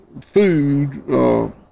food